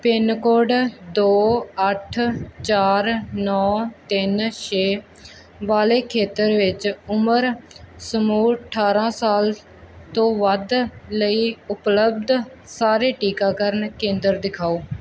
pin code ਦੋ ਅੱਠ ਚਾਰ ਨੌ ਤਿੰਨ ਛੇ ਵਾਲੇ ਖੇਤਰ ਵਿੱਚ ਉਮਰ ਸਮੂਹ ਅਠਾਰਾਂ ਸਾਲ ਲਈ ਉਪਲਬਧ ਸਾਰੇ ਟੀਕਾਕਰਨ ਕੇਂਦਰ ਦਿਖਾਓ